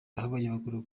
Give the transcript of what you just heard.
abanyamaguru